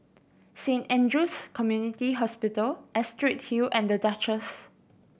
Saint Andrew's Community Hospital Astrid Hill and Duchess